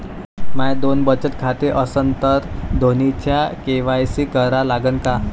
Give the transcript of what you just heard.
माये दोन बचत खाते असन तर दोन्हीचा के.वाय.सी करा लागन का?